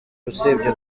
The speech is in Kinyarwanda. usibye